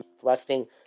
thrusting